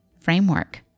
framework